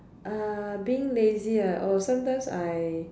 uh being lazy ah or sometimes I